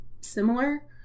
similar